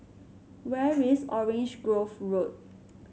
where is Orange Grove Road